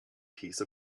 piece